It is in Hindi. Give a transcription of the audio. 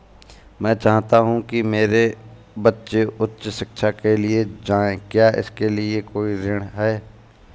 मैं चाहता हूँ कि मेरे बच्चे उच्च शिक्षा के लिए जाएं क्या इसके लिए कोई ऋण है?